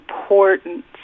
important